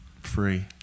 free